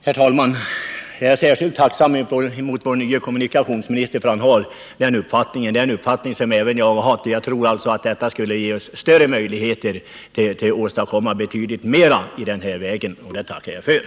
Herr talman! Jag är särskilt tacksam för den uppfattning som vår nye kommunikationsminister nyss framförde och som jag delar. Jag tror att en sådan inriktning skulle ge oss möjligheter att åstadkomma betydligt mera på detta område.